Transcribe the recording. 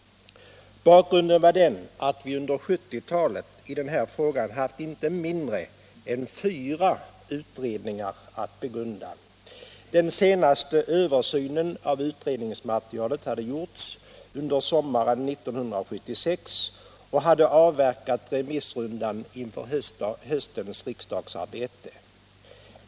Bakgrunden var den att vi under 1970-talet haft inte mindre än fyra utredningar att begrunda. Den senaste översynen av utredningsmaterialet hade gjorts under sommaren 1976, och man hade avverkat remissrundan inför höstens riksdagsarbete.